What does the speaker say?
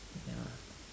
ya